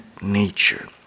nature